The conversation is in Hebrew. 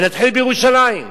ונתחיל בירושלים: